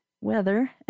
weather